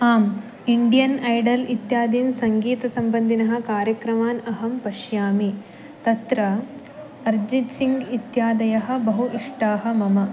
आम् Indian Idol इत्यादीन् सङ्गीतसम्बन्धिनः कार्यक्रमान् अहं पश्यामि तत्र अर्जितसिङ्गः इत्यादयः बहु इष्टः मम